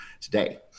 today